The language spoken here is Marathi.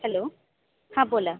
हॅलो हां बोला